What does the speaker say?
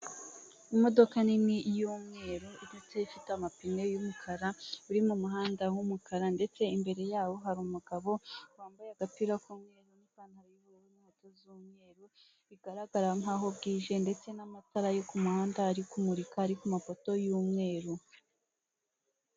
Imodoka nini y'umweru ifite amapine y'umukara, iri mu muhanda w'umukara, ndetse imbere yawo hari umugabo wambaye agapira k'umweru n'ipantaro, n'inkweto z'umweru, bigaragara nk'aho bwije, ndetse n'amatara yo ku muhanda ari kumurika, ari ku mafoto y'umweru.